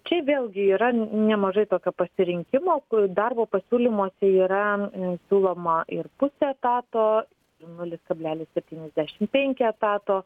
čia vėlgi yra nemažai tokio pasirinkimo kur darbo pasiūlymuose yra siūloma ir pusė etato nulis kablelis septyniasdešim penki etato